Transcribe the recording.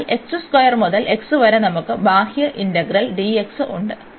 അതിനാൽ മുതൽ വരെ നമുക്ക് ബാഹ്യ ഇന്റഗ്രൽ ഉണ്ട്